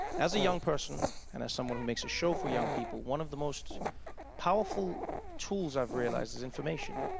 as a young person and as someone who makes a show for young people, one of the most powerful tools i've realized is information.